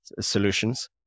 solutions